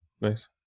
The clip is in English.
nice